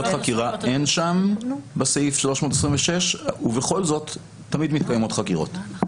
אין בסעיף 326 סמכויות חקירה ובכל זאת תמיד מתקיימות חקירות.